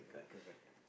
!my god!